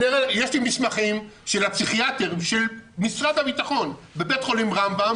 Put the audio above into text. יש לי מסמכים של הפסיכיאטר ושל משרד הביטחון בבית חולים רמב"ם,